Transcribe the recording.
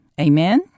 Amen